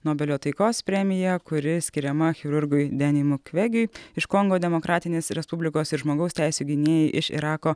nobelio taikos premija kuri skiriama chirurgui deniui mukvegiui iš kongo demokratinės respublikos ir žmogaus teisių gynėjai iš irako